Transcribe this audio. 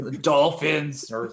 Dolphins